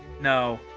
No